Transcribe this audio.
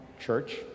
church